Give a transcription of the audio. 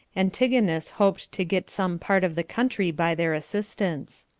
antigonus hoped to get some part of the country by their assistance.